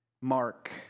Mark